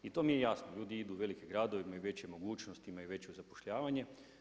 I to mi je jasno, ljudi idu u velike gradove, imaju veće mogućnosti, imaju veće zapošljavanje.